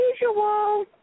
usual